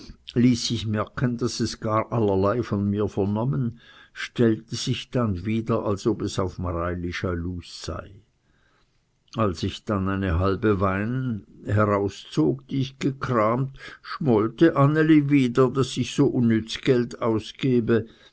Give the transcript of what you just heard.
ließ sich merken daß es gar allerlei von mir vernommen stellte sich dann wieder als ob es auf mareili schalus sei als ich dann eine halbe wein herauszog die ich gekramt schmollte anneli wieder daß ich so unnütz geld ausgebe